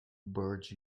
barge